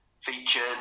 featured